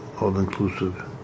all-inclusive